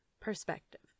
perspective